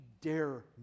dare